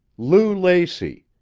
lou lacey.